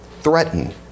threaten